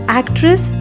actress